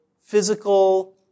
physical